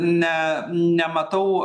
ne nematau